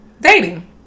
Dating